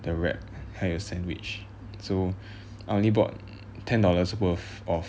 的 wrap 还有 sandwich so I only bought ten dollars worth of